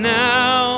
now